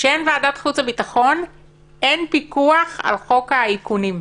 כשאין ועדת חוץ וביטחון אין פיקוח על חוק האיכונים.